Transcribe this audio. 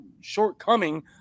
shortcoming